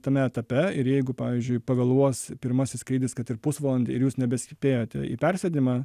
tame etape ir jeigu pavyzdžiui pavėluos pirmasis skrydis kad ir pusvalandį ir jūs nebespėjote į persėdimą